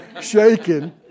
Shaking